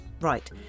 Right